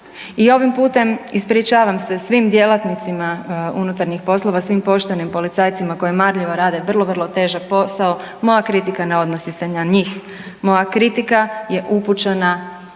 I ovim putem ispričavam se svim djelatnicima unutarnjih poslova, svim poštenim policajcima koji marljivo rade vrlo, vrlo težak posao, moja kritika ne odnosi se na njih, moja kritika je upućena